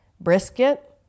brisket